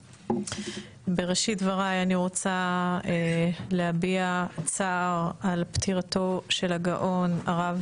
בראשית דבריי אני רוצה להביע צער על פטירתו של הגאון הרב